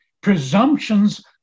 presumptions